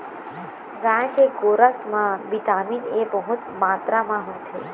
गाय के गोरस म बिटामिन ए बहुत मातरा म होथे